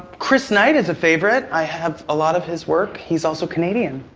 chris knight is a favorite. i have a lot of his work. he's also canadian.